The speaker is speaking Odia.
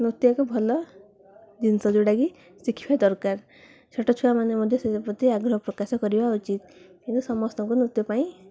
ନୃତ୍ୟ ଏକ ଭଲ ଜିନିଷ ଯେଉଁଟାକି ଶିଖିବା ଦରକାର ଛୋଟ ଛୁଆମାନେ ମଧ୍ୟ ସେ ପ୍ରତି ଆଗ୍ରହ ପ୍ରକାଶ କରିବା ଉଚିତ କିନ୍ତୁ ସମସ୍ତଙ୍କୁ ନୃତ୍ୟ ପାଇଁ